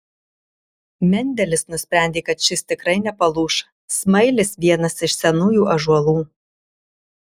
mendelis nusprendė kad šis tikrai nepalūš smailis vienas iš senųjų ąžuolų